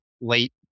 late